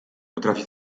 potrafi